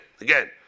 Again